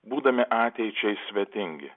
būdami ateičiai svetingi